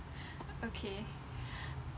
okay